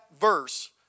verse